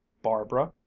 barbara,